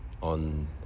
on